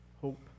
hope